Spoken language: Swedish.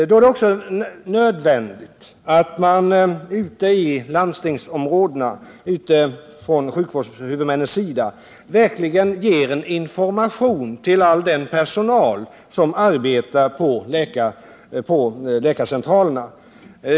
Då är det också nödvändigt att sjukvårdshuvudmännen ute i landstingsområdena verkligen ger information till all den personal som arbetar på vårdcentralerna.